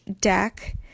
deck